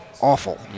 awful